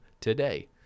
today